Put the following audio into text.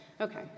Okay